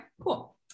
cool